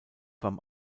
beim